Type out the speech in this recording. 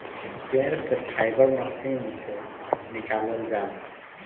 पेड़ से fibre machine से निकालल जाला